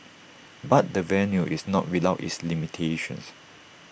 but the venue is not without its limitations